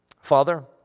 Father